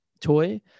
toy